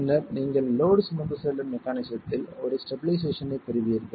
பின்னர் நீங்கள் லோட் சுமந்து செல்லும் மெக்கானிசத்தில் ஒரு ஸ்டெபிலைசேஷன் ஐப் பெறுவீர்கள்